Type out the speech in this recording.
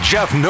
Jeff